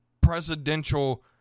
presidential